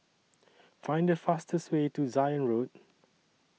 Find The fastest Way to Zion Road